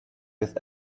with